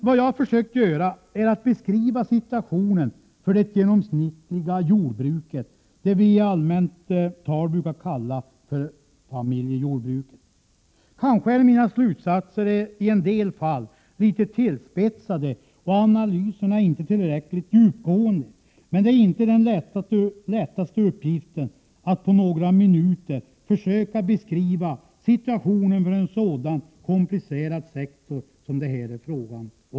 Jag har försökt beskriva situationen för det genomsnittliga jordbruket, det som vi i allmänt tal brukar kalla för familjejordbruket. Mina slutsatser kanske är litet tillspetsade i en del fall, och analyserna kanske inte är tillräckligt djupgående, men det är inte någon lätt uppgift att på några minuter försöka beskriva situationen för en så komplicerad sektor som det här är fråga om.